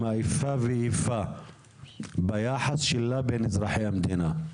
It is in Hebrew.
האיפה ואיפה ביחס שלה בין אזרחי המדינה.